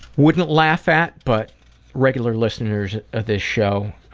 wouldn't laugh at, but regular listeners of this show,